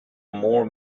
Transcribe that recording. more